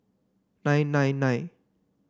nine nine nine